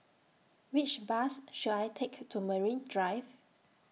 Which Bus should I Take to Marine Drive